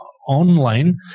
online